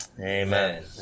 Amen